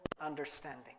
understanding